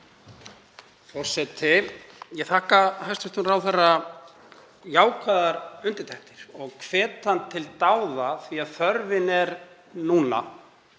Forseti. Ég þakka hæstv. ráðherra jákvæðar undirtektir og hvet hann til dáða af því að þörfin er núna.